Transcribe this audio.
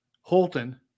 Holton